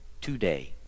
today